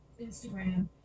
Instagram